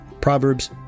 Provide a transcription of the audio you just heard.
Proverbs